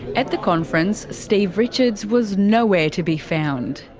at the conference steve richards was nowhere to be found.